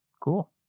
cool